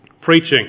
preaching